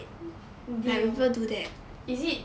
is it